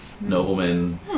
noblemen